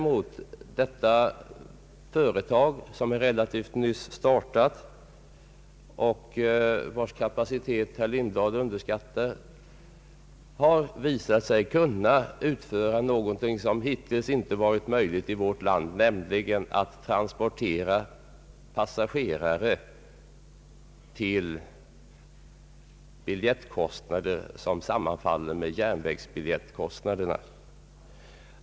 Men detta företag, som är relativt nystartat och vars kapacitet herr Lindblad underskattar, har visat sig kunna utföra någonting som hittills inte varit möjligt i vårt land, nämligen att transportera passagerare till biljettkostnader som sammanfaller med järnvägsbiljettskostnaderna.